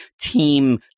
Team